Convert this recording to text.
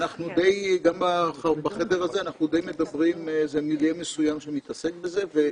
גם בחדר הזה, זה מילייה מסוים שמתעסק בזה אבל